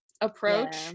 approach